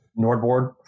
Nordboard